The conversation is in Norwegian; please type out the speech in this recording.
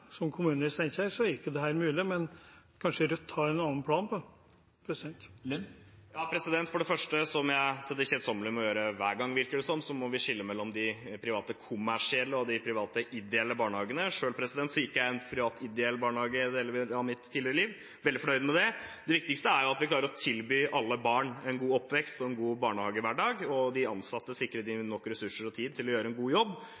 er ikke dette mulig. Kanskje Rødt har en annen plan. Ja, for det første – som jeg til det kjedsommelige må si hver gang, virker det som – må vi skille mellom de private kommersielle og de private ideelle barnehagene. Selv gikk jeg i en privat ideell barnehage i deler av mitt tidligere liv og er veldig fornøyd med det. Det viktigste er at vi klarer å tilby alle barn en god oppvekst og en god barnehagehverdag, og at de ansatte sikres nok ressurser og tid til å gjøre en god jobb.